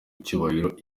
icyubahiro